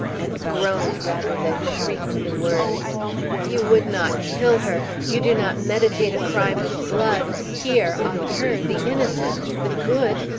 and groaned rather than shrieked the words you would not kill her! you do not meditate a crime of blood here on her the innocent the good